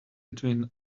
between